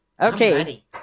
Okay